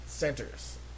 centers